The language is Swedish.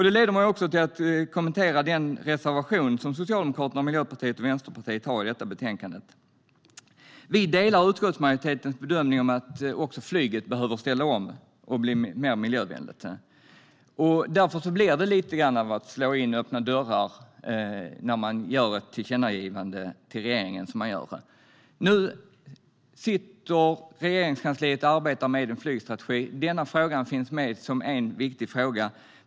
Det leder mig till att kommentera den reservation som Socialdemokraterna, Miljöpartiet och Vänsterpartiet har i betänkandet. Vi delar utskottsmajoritetens bedömning att också flyget behöver ställa om och bli mer miljövänligt. Det blir därför lite av att slå in öppna dörrar när man gör ett tillkännagivande till regeringen. Nu sitter Regeringskansliet och arbetar med en flygstrategi, vilket finns med som en viktig fråga.